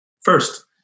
First